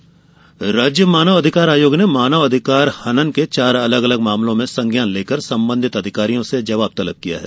आयोग नोटिस राज्य मानव अधिकार आयोग ने मानवाधिकार हनन के चार अलग अलग मामलों में संज्ञान लेकर संबंधित अधिकारियों से जवाब तलब किया है